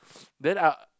then I